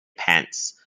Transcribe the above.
pants